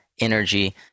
energy